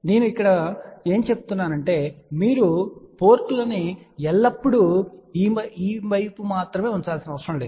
నేను ఇక్కడ ప్రస్తావించాలనుకుంటున్నాను మీరు పోర్టులను ఎల్లప్పుడూ ఈ వైపు మాత్రమే ఉంచవలసిన అవసరం లేదు